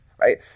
right